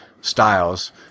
styles